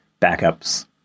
backups